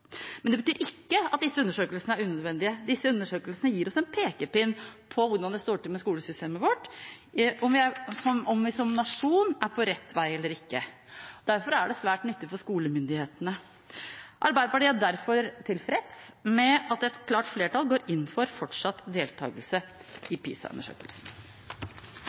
Men det betyr ikke at disse undersøkelsene er unødvendige. Disse undersøkelsene gir oss en pekepinn på hvordan det står til med skolesystemet vårt, om vi som nasjon er på rett vei eller ikke. Derfor er det svært nyttig for skolemyndighetene. Arbeiderpartiet er derfor tilfreds med at et klart flertall går inn for fortsatt deltakelse i